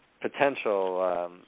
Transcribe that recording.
potential